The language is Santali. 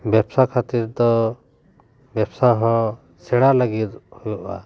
ᱵᱮᱵᱽᱥᱟ ᱠᱷᱟᱹᱛᱤᱨ ᱫᱚ ᱵᱮᱵᱽᱥᱟ ᱦᱚᱸ ᱥᱮᱲᱟ ᱞᱟᱹᱜᱤᱫ ᱦᱩᱭᱩᱜᱼᱟ